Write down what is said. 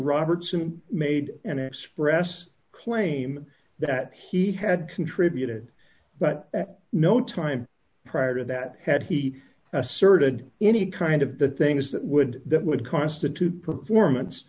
robertson made an express claim that he had contributed but at no time prior to that had he asserted any kind of the things that would that would constitute performance